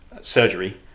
surgery